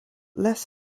less